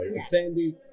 Sandy